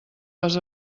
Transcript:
les